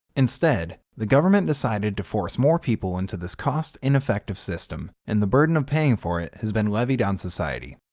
instead, the government decided to force more people into this cost-ineffective system and the burden of paying for it has been levied on society.